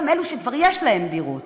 גם אלו שכבר יש להם דירות